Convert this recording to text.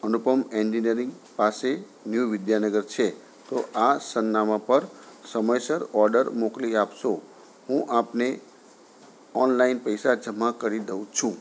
અનુપમ engineering પાસે new Vidyanagar છે તો આ સરનામા પર સમયસર ઓર્ડર મોકલી આપશો હું આપને ઓનલાઇન પૈસા જમા કરી દઉં છું